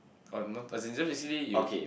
orh not as in just basically you